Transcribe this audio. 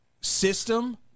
system